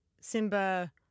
Simba